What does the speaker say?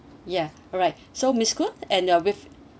ya alright so miss koon and you're with